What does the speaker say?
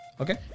Okay